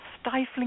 stifling